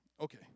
okay